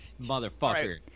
motherfucker